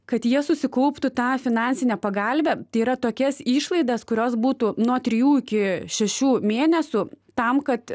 kad jie susikauptų tą finansinę pagalvę tai yra tokias išlaidas kurios būtų nuo trijų iki šešių mėnesių tam kad